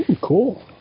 cool